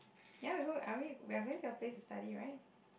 ya we go are we we're going to your place to study right